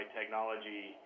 technology